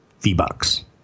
V-Bucks